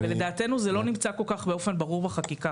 לדעתנו זה לא נמצא כל כך באופן ברור בחקירה.